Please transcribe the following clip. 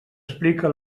explica